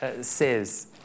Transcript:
says